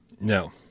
No